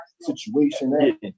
situation